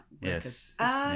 Yes